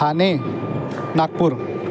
Thane Nagpur